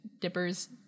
Dipper's